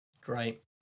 Great